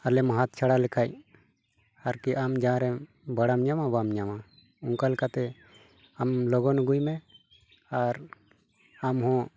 ᱟᱞᱮᱢ ᱦᱟᱛ ᱪᱷᱟᱲᱟ ᱞᱮᱠᱷᱟᱡ ᱟᱨᱠᱤ ᱟᱢ ᱡᱟᱦᱟᱸ ᱨᱮ ᱵᱷᱟᱲᱟᱢ ᱧᱟᱢᱟ ᱵᱟᱢ ᱧᱟᱢᱟ ᱚᱱᱠᱟ ᱞᱮᱠᱟᱛᱮ ᱟᱢ ᱞᱚᱜᱚᱱ ᱟᱹᱜᱩᱭ ᱢᱮ ᱟᱨ ᱟᱢ ᱦᱚᱸ